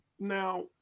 Now